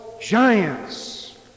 giants